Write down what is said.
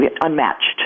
Unmatched